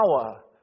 power